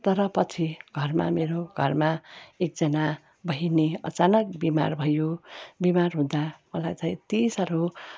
तर पछि घरमा मेरो घरमा एकजना बहिनी अचानक बिमार भयो बिमार हुँदा मलाई चाहिँ यति साह्रो